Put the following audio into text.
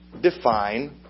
define